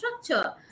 structure